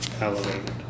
elevated